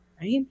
right